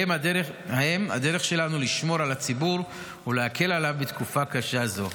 זו הדרך שלנו לשמור על הציבור ולהקל עליו בתקופה קשה זו.